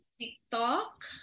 TikTok